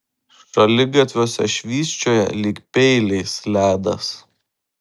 šaligatviuose švysčioja lyg peiliais ledas